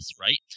right